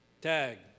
Tag